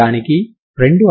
uxxdx అవుతుంది